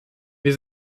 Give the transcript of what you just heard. wir